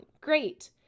great